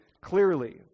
clearly